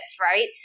right